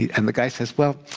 and the guy says, well,